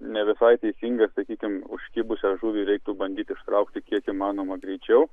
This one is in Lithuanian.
ne visai teisingas sakykim užkibusią žuvį reiktų bandyti ištraukti kiek įmanoma greičiau